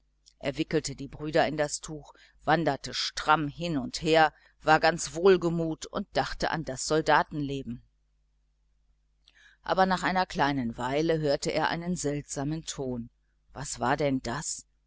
wickelte die brüder in das tuch wanderte stramm hin und her war ganz wohlgemut und dachte an das soldatenleben aber nach einer kleinen weile hörte er einen seltsamen ton was war denn das